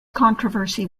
controversy